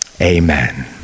amen